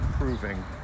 improving